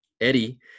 eddie